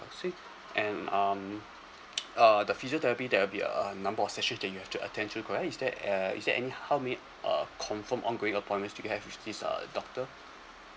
I see and um uh the physiotherapy there'll be a~ a number of sessions that you have to attend to correct is there uh is there any how many uh confirmed ongoing appointments do you have with this uh doctor